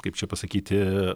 kaip čia pasakyti